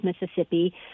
Mississippi